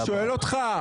לא, אני שואל אותך.